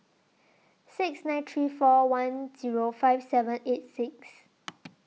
six nine three four one Zero five seven eight six